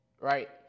right